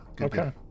Okay